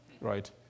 right